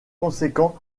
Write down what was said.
conséquent